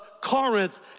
Corinth